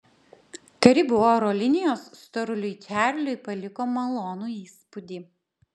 karibų oro linijos storuliui čarliui paliko malonų įspūdį